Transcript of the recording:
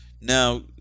Now